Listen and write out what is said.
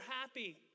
happy